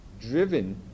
driven